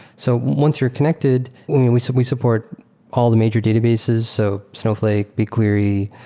so once you're connected we so we support all the major databases. so snowflake, bigquery,